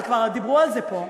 אבל כבר דיברו על זה פה.